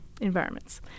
environments